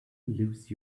lose